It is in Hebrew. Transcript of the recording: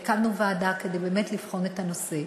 הקמנו ועדה כדי באמת לבחון את הנושא.